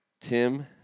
Tim